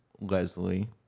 Leslie